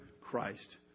Christ